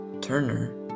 Turner